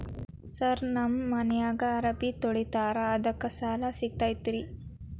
Sir ನಮ್ಮ ಮನ್ಯಾಗ ಅರಬಿ ತೊಳಿತಾರ ಅದಕ್ಕೆ ಸಾಲ ಸಿಗತೈತ ರಿ?